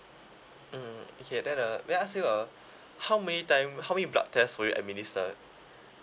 mm okay then uh may I ask you uh how many time how many blood test were you administered